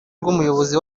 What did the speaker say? rw’umuyobozi